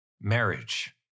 marriage